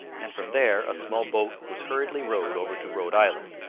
and from there a small boat was hurriedly rowed over to rhode island,